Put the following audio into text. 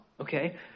Okay